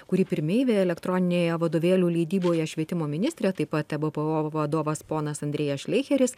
kuri pirmeivė elektroninėje vadovėlių leidyboje švietimo ministrė taip pat ebpo vadovas ponas andrėjas šleicheris